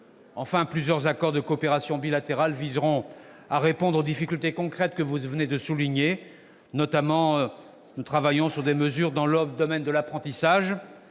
Enfin, plusieurs accords de coopération bilatérale viseront à répondre aux difficultés concrètes que vous venez de souligner. Nous travaillons notamment sur des mesures dans le domaine de l'apprentissage,